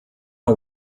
not